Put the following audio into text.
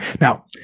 Now